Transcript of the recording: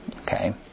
Okay